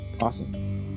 Awesome